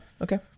okay